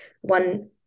one